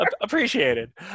appreciated